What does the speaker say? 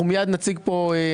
אנחנו מיד נציג כאן